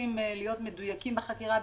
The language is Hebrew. רוצים להיות מדויקים בחקירה,